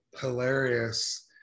hilarious